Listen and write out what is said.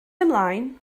ymlaen